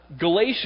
Galatia